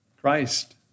Christ